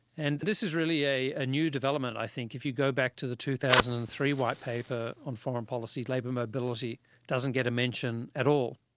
and this is really a a new development i think. if you go back to the two thousand and three white paper on foreign policy, labour mobility doesn't get a mention at all.